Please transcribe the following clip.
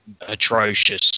atrocious